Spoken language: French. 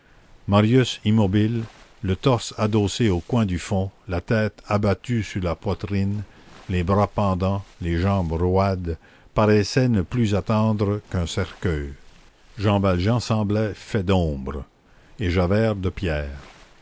marius immobile le torse adossé au coin du fond la tête abattue sur la poitrine les bras pendants les jambes roides paraissait ne plus attendre qu'un cercueil jean valjean semblait fait d'ombre et javert de pierre